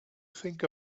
think